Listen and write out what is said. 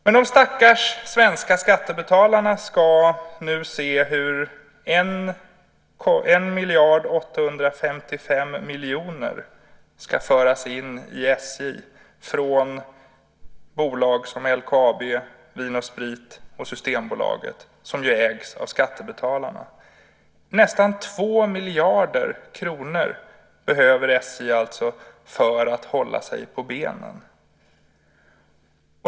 Men de stackars svenska skattebetalarna ska nu se hur 1 855 000 000 kr ska föras in i SJ från bolag som LKAB, Vin & Sprit och Systembolaget som ju ägs av skattebetalarna. Nästan 2 miljarder kronor behöver SJ alltså för att hålla sig på benen.